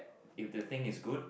if the thing is good